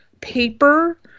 paper